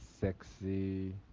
sexy